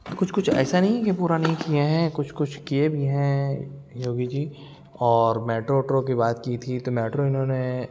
کچھ کچھ ایسا نہیں ہے کہ پورا نہیں کیے ہیں کچھ کچھ کیے بھی ہیں یوگی جی اور میٹرو ویٹرو کی بات کی تھی تو میٹرو انہوں نے